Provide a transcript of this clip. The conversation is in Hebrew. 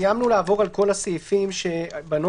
סיימנו לעבור על כל הסעיפים בנוסח,